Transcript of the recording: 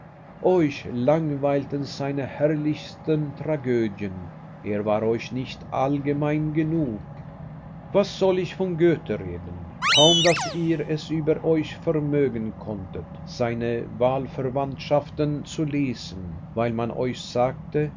euch langweilten seine herrlichsten tragödien er war euch nicht allgemein genug was soll ich von goethe reden kaum daß ihr es über euch vermögen konntet seine wahlverwandtschaften zu lesen weil man euch sagte